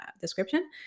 description